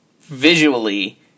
visually